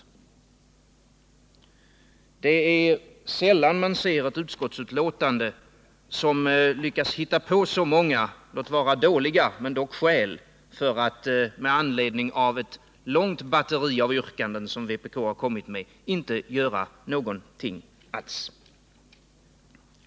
Det är sällan vi ser ett utskottsbetänkande där man lyckats finna så många skäl — låt vara att de är dåliga — för att med anledning av ett långt batteri av yrkanden, som vpk framlagt, inte göra någonting alls.